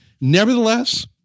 nevertheless